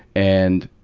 and,